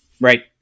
right